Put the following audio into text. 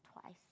twice